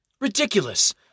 Ridiculous